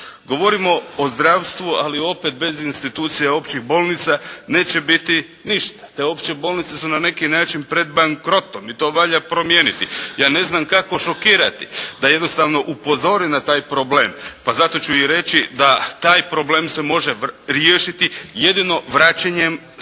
Govorimo o zdravstvu, ali opet bez institucija i općih bolnica neće biti ništa. Te opće bolnice su na neki način pred bankrotom i to valja promijeniti. Ja ne znam kako šokirati, da jednostavno upozori na taj problem, pa zato ću i reći da taj problem se može riješiti jedino vraćanjem SIZ-ova,